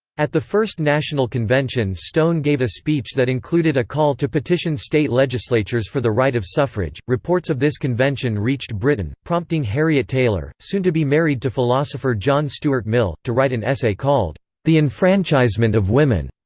at the first national convention stone gave a speech that included a call to petition state legislatures for the right of suffrage reports of this convention reached britain, prompting harriet taylor, soon to be married to philosopher john stuart mill, to write an essay called the enfranchisement of women,